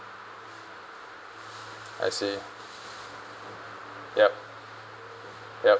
I see yup yup